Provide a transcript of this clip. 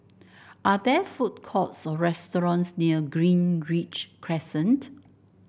are there food courts or restaurants near Greenridge Crescent